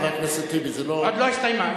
היא עוד לא הסתיימה.